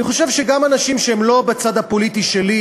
אני חושב שגם אנשים שהם לא בצד הפוליטי שלי,